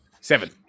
Seven